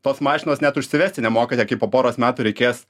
tos mašinos net užsivesti nemokate kai po poros metų reikės